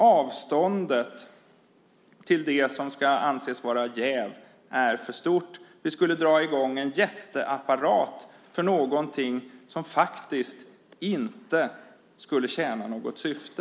Avståndet till det som ska anses vara jäv är för stort. Vi skulle dra i gång en jätteapparat för någonting som inte skulle tjäna något syfte.